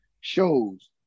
shows